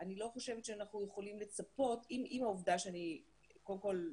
אני לא חושבת שאנחנו יכולים לצפות קודם כל,